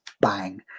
bang